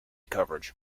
coverage